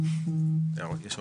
יש הערות?